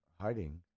Hiding